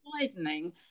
widening